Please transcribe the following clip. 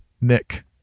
Nick